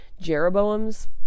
jeroboam's